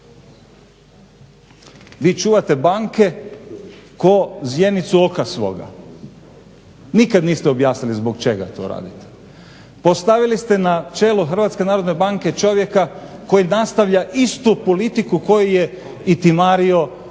Vi čuvate banke ko zjenicu oka svoga. Nikad niste objasnili zbog čega to radite. Postavili ste na čelo HNB-a čovjeka koji nastavlja istu politiku koju je timario čitavo